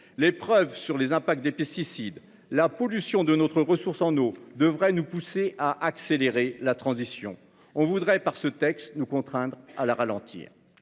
les preuves sur les impacts des pesticides. La pollution de notre ressource en eau devrait nous pousser à accélérer la transition on voudrait par ce texte nous contraindre à la ralentir.